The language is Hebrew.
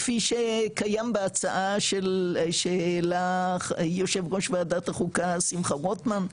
כפי שקיים בהצעה של יושב ראש ועדת החוקה שמחה רוטמן,